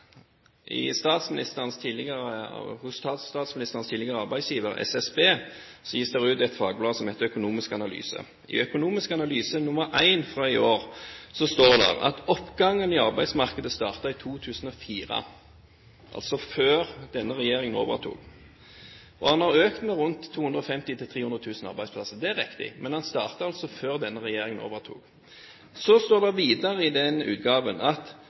statsministerens tidligere arbeidsgiver, SSB, gis det ut et fagblad som heter Økonomiske analyser. I Økonomiske analyser nr. 1 fra i år står det at oppgangen i arbeidsmarkedet startet i 2004, altså før denne regjeringen overtok, og at den har økt med rundt 250 000–300 000 arbeidsplasser. Det er riktig. Men det startet altså før denne regjeringen overtok. Så står det videre i denne utgaven: